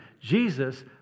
Jesus